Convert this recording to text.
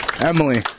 Emily